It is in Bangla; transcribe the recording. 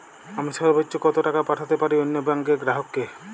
আমি সর্বোচ্চ কতো টাকা পাঠাতে পারি অন্য ব্যাংক র গ্রাহক কে?